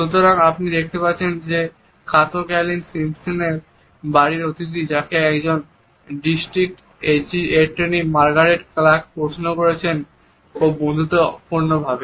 সুতরাং আপনি দেখতে পাচ্ছেন যে কাতো ক্যালিন সিম্পসনের বাড়ির অতিথি যাকে একজন ডিস্ট্রিক্ট এটর্নি মার্গারেট ক্লার্ক প্রশ্ন করছেন ও অবন্ধুত্বপূর্ণ ভাবে